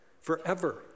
forever